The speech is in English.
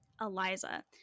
eliza